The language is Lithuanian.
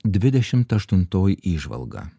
dvidešimt aštuntoji įžvalga